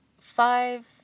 five